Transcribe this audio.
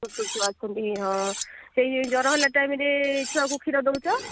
ଛୋଟ ଛୁଆ ଅଛନ୍ତି ହଁ ସେଇ ଜ୍ଵର ହେଲା ଟାଇମ୍ରେ ଛୁଆକୁ କ୍ଷୀର ଦେଉଛ